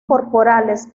corporales